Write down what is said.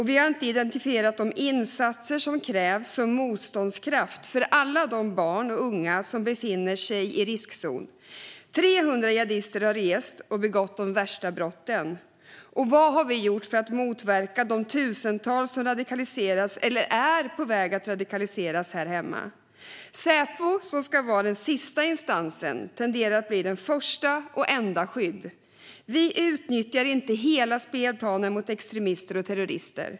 Vi har inte identifierat de insatser som krävs som motståndskraft för alla de barn och unga som befinner sig i riskzonen. Det är 300 jihadister som har rest och begått de värsta brotten, och vad har vi gjort för att motverka de tusentals som radikaliserats eller är på väg att radikaliseras här hemma? Säpo ska vara den sista instansen men tenderar att bli den första och det enda skyddet. Vi utnyttjar inte hela spelplanen mot extremister och terrorister.